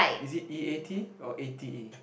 is it E A T or A T E